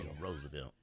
Roosevelt